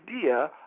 idea